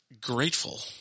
Grateful